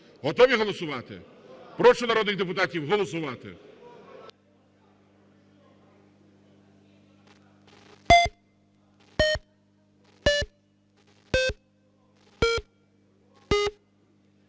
Готові голосувати? Прошу народних депутатів голосувати.